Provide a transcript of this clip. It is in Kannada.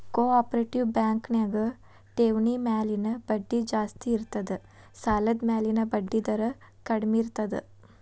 ಕೊ ಆಪ್ರೇಟಿವ್ ಬ್ಯಾಂಕ್ ನ್ಯಾಗ ಠೆವ್ಣಿ ಮ್ಯಾಲಿನ್ ಬಡ್ಡಿ ಜಾಸ್ತಿ ಇರ್ತದ ಸಾಲದ್ಮ್ಯಾಲಿನ್ ಬಡ್ಡಿದರ ಕಡ್ಮೇರ್ತದ